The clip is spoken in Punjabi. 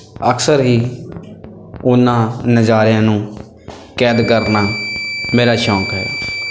ਅਕਸਰ ਹੀ ਉਹਨਾਂ ਨਜ਼ਾਰਿਆਂ ਨੂੰ ਕੈਦ ਕਰਨਾ ਮੇਰਾ ਸ਼ੌਕ ਹੈ